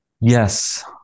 Yes